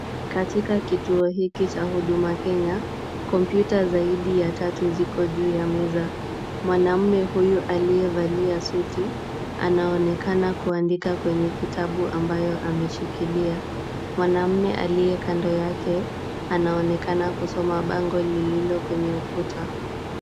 Katika kituo hiki cha huduma Kenya, kompyuta zaidi ya tatu ziko juu ya meza. Mwanamume huyu aliyevalia suti anaonekana kuandika kwenye kitabu ambayo ameshikilia. Mwanamume aliye kando yake, anaonekana kusoma bango lililo kwenye ukuta.